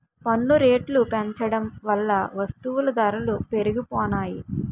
పన్ను రేట్లు పెంచడం వల్ల వస్తువుల ధరలు పెరిగిపోనాయి